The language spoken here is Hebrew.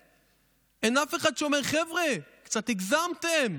אין אף אחד שאומר: חבר'ה, קצת הגזמתם.